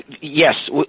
yes